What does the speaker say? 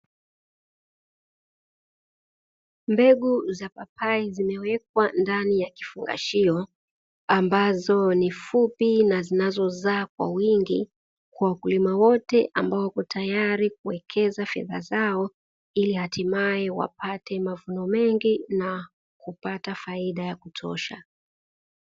Mbegu za papai zimewekwa ndani ya kifungashio ambazo ni fupi na zinazozaa kwa wingi kwa wakulima wote ambao wako tayari kuwekeza fedha zao, ili hatimaye wapate mavuno mengi na kupata faida ya kutosha.